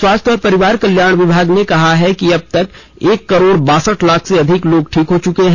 स्वास्थ्य और परिवार कल्याण विभाग ने कहा है कि अब तक एक करोड़ बासठ लाख से अधिक लोग ठीक हो चुके हैं